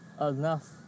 enough